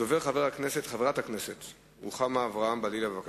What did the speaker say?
הדוברת, חברת הכנסת רוחמה אברהם-בלילא, בבקשה.